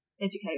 Educate